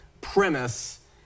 premise